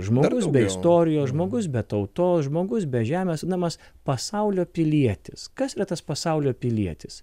žmogus be istorijos žmogus be tautos žmogus be žemės na mes pasaulio pilietis kas yra tas pasaulio pilietis